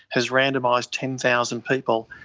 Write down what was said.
has randomised ten thousand people.